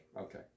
Okay